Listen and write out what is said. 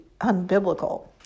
unbiblical